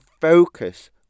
focus